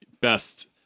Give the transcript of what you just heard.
best